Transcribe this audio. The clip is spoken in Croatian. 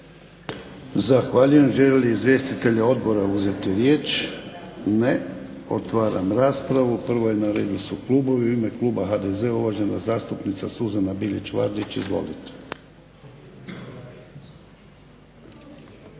Zahvaljujem. Žele li izvjestitelji odbora uzeti riječ? Ne. Otvaram raspravu. Prvo je na redu su klubovi, u ime kluba HDZ-a uvažena zastupnica Suzana Bilić Vardić. Izvolite.